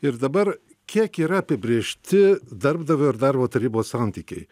ir dabar kiek yra apibrėžti darbdavio ir darbo tarybos santykiai